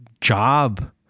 job